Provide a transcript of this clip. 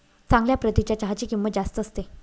चांगल्या प्रतीच्या चहाची किंमत जास्त असते